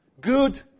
good